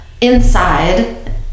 inside